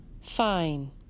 Fine